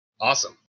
Awesome